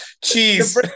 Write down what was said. Cheese